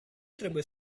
trebuie